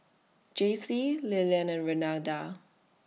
Jacey Lilian and Renada